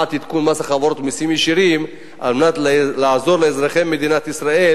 עדכון מס החברות ומסים ישירים על מנת לעזור לאזרחי מדינת ישראל.